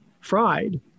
fried